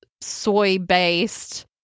soy-based